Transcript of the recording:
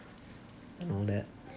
and all that